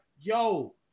yo